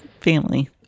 family